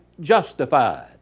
justified